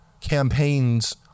campaigns